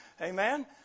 Amen